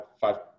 five